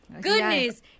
goodness